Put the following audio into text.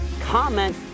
comment